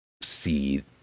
see